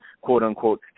quote-unquote